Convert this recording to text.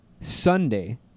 Sunday